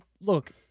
look